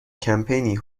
کمپینی